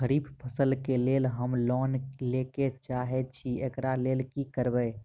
खरीफ फसल केँ लेल हम लोन लैके चाहै छी एकरा लेल की करबै?